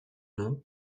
nom